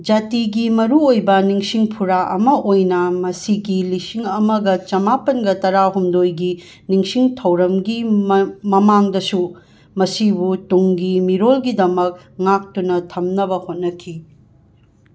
ꯖꯥꯇꯤꯒꯤ ꯃꯔꯨ ꯑꯣꯏꯕ ꯅꯤꯡꯁꯤꯡ ꯐꯨꯔꯥ ꯑꯃ ꯑꯣꯏꯅ ꯃꯁꯤꯒꯤ ꯂꯤꯁꯤꯡ ꯑꯃꯒ ꯆꯝꯃꯥꯄꯟꯒ ꯇꯔꯥ ꯍꯨꯝꯗꯣꯏꯒꯤ ꯅꯤꯡꯁꯤꯡ ꯊꯧꯔꯝꯒꯤ ꯃꯃꯥꯡꯗꯁꯨ ꯃꯁꯤꯕꯨ ꯇꯨꯡꯒꯤ ꯃꯤꯔꯣꯜꯒꯤꯗꯃꯛ ꯉꯥꯛꯇꯨꯅ ꯊꯝꯅꯕ ꯍꯣꯠꯅꯈꯤ